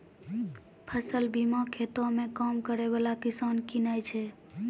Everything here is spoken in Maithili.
फसल बीमा खेतो मे काम करै बाला किसान किनै छै